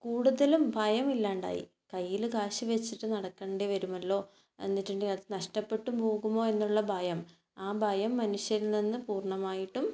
കൂടുതലും ഭയം ഇല്ലാണ്ടായി കയ്യിൽ കാശ് വെച്ചിട്ട് നടക്കേണ്ടി വരുമല്ലോ എന്നിട്ടത് നഷ്ടപ്പെട്ടു പോകുമോ എന്നുള്ള ഭയം ആ ഭയം മനുഷ്യരിൽ നിന്ന് പൂർണ്ണമായിട്ടും